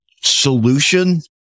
solution